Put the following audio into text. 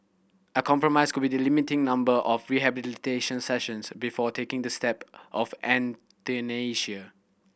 a compromise could be the limiting number of rehabilitation sessions before taking the step of euthanasia